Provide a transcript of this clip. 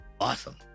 awesome